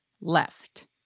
left